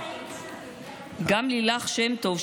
גם לילך שם-טוב,